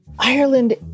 Ireland